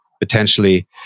potentially